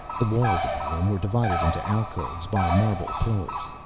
the walls of the room were divided into alcoves by marble pillars,